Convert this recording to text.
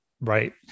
Right